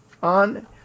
on